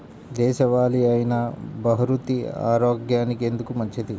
దేశవాలి అయినా బహ్రూతి ఆరోగ్యానికి ఎందుకు మంచిది?